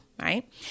right